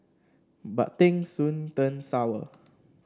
but things soon turned sour